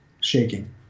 shaking